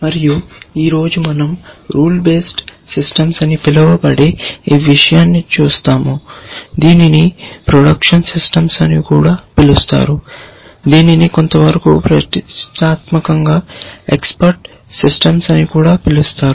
మరియు ఈ రోజు మనం రూల్ బేస్డ్ సిస్టమ్స్ అని పిలువబడే ఈ విషయాన్ని చూస్తాము దీనిని ప్రొడక్షన్ సిస్టమ్స్ అని కూడా పిలుస్తారు దీనిని కొంతవరకు ప్రతిష్టాత్మకంగా ఎక్స్పర్ట్ సిస్టమ్స్ అని కూడా పిలుస్తారు